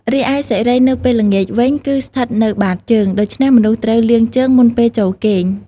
រីឯសិរីនៅពេលល្ងាចវិញ គឺស្ថិតនៅបាតជើង ដូច្នេះមនុស្សត្រូវលាងជើងមុនពេលចូលគេង។